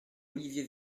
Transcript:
olivier